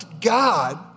God